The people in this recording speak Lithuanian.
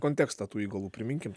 kontekstą tų įgulų priminkim